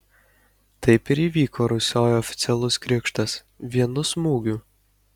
taip ir įvyko rusioj oficialus krikštas vienu smūgiu